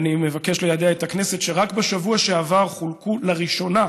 אני מבקש ליידע את הכנסת שרק בשבוע שעבר חולקו לראשונה